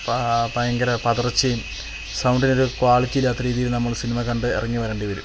പ ഭയങ്കര പതർച്ചയും സൗണ്ടിനൊരു ക്വാളിറ്റിയില്ലാത്ത രീതിയില് നമ്മള് സിനിമ കണ്ട് ഇറങ്ങി വരണ്ടി വരും